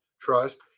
trust